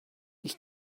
ich